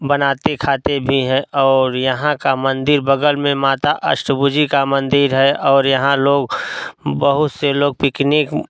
बनाते खाते भी हैं और यहाँ का मंदिर बगल में माता अष्टभुजि का मंदिर है और यहाँ लोग बहुत से लोग पिकनिक